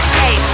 hey